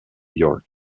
york